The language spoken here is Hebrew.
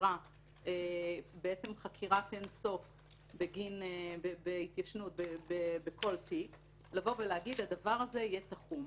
שאפשרה חקירת אין-סוף בהתיישנות בכל תיק ולהגיד הדבר הזה יהיה תחום.